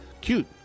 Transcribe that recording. Cute